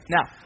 Now